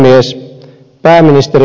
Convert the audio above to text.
arvoisa puhemies